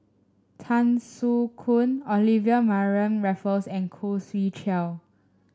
Tan Soo Khoon Olivia Mariamne Raffles and Khoo Swee Chiow